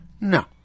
No